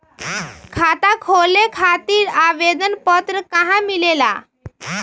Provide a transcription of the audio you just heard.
खाता खोले खातीर आवेदन पत्र कहा मिलेला?